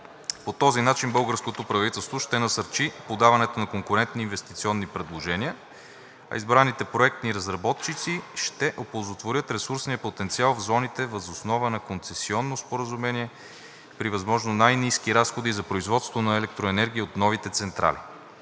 По този начин българското правителство ще насърчи подаването на конкурентни инвестиционни предложения, а избраните проектни разработчици ще оползотворят ресурсния потенциал в зоните въз основа на концесионно споразумение при възможно най-ниски разходи за производство на електроенергия от новите централи.